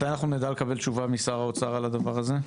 מתי אנחנו נדע לקבל תשובה משר האוצר על הדבר הזה?